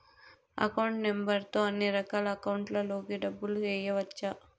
account number తో అన్నిరకాల అకౌంట్లలోకి డబ్బులు ఎయ్యవచ్చు